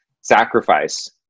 sacrifice